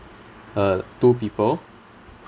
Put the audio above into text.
uh two people